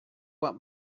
what